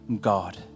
God